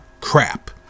crap